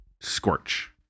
Scorch